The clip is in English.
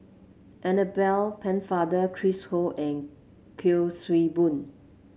Annabel Pennefather Chris Ho and Kuik Swee Boon